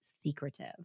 secretive